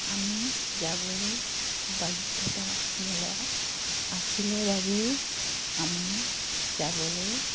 আমি যাবলৈ বাধ্যতামূলক আছিলে বাবেই আমি যাবলৈ